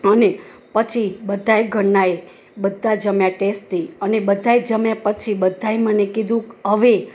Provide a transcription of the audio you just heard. અને પછી બધાય ઘરના એ બધા જમ્યા ટેસથી અને બધાય જમ્યા પછી બધાએ મને કીધું હવે